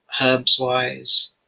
herbs-wise